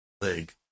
leg